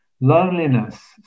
loneliness